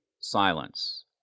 Silence